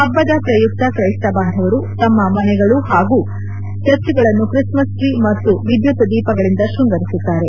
ಹಬ್ಬದ ಪ್ರಯುಕ್ತ ತ್ರೈಸ್ತ ಬಾಂಧವರು ತಮ್ಮ ಮನೆಗಳು ಹಾಗೂ ಚರ್ಚ್ಗಳನ್ನು ತ್ರಿಸ್ಮಸ್ ಟ್ರೀ ಮತ್ತು ವಿದ್ಯುತ್ ದೀಪಗಳಿಂದ ಕೃಂಗರಿಸುತ್ತಾರೆ